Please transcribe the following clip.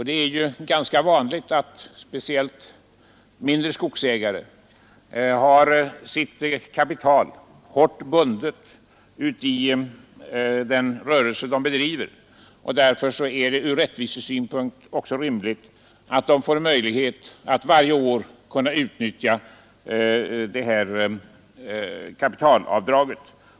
Det är ju ganska vanligt att speciellt mindre skogsägare har sitt kapital ättvisesy hårt bundet i den rörelse de bedriver, och det är därför ur punkt också rimligt att de får möjlighet att varje år utnyttja kapitalavdraget.